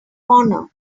honor